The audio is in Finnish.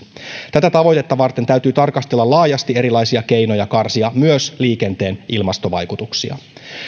tätä tavoitetta varten täytyy tarkastella laajasti erilaisia keinoja karsia myös liikenteen ilmastovaikutuksia